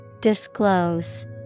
Disclose